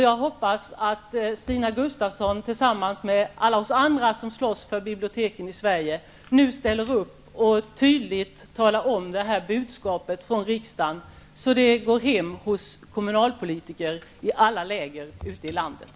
Jag hoppas att Stina Gustavsson tillsammans med alla oss andra som slåss för biblioteken i Sverige ställer upp och tydligt för ut det här budskapet från riksdagen så att det går hem hos kommunalpolitiker i alla läger ute i landet.